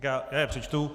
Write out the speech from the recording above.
Já je přečtu.